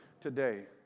today